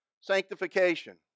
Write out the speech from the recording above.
sanctification